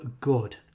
good